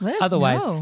Otherwise